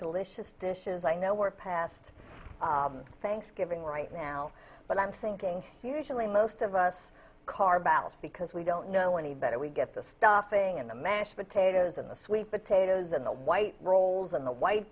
delicious dishes i know we're past thanksgiving right now but i'm thinking usually most of us car balance because we don't know any better we get the stuff ng and the mashed potatoes and the sweet potatoes and the white rolls and the white